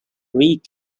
week